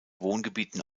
wohngebieten